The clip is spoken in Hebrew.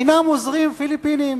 אינם עוזרים פיליפינים